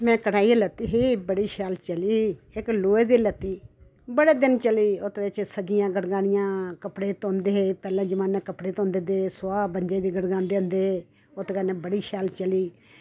में कड़ाई लैती ही बड़ी शैल चली इक लोहे दी लैती बड़े दिन चली ओह्दे बिच सब्जियां गड़कनियां कपड़े धोंदे हे पैह्ले जमानै कपड़े धोंदे ते सोआ बंजे दी गडकंदे होंदे हे ओह्दे कन्नै बड़ी शैल चली